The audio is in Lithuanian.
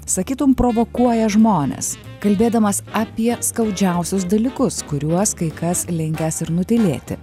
sakytum provokuoja žmones kalbėdamas apie skaudžiausius dalykus kuriuos kai kas linkęs nutylėti